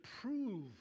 prove